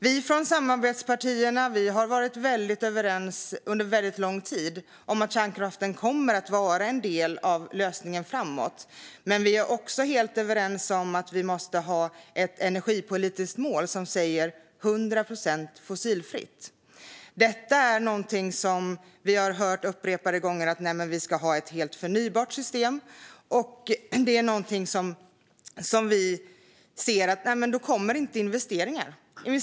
Vi i samarbetspartierna har under lång tid varit väldigt överens om att kärnkraften kommer att vara en del av lösningen framöver. Men vi är också helt överens om att vi måste ha ett energipolitiskt mål som säger 100 procent fossilfritt. Vi har upprepade gånger hört att vi ska ha ett helt förnybart system. Då kommer inte investeringarna.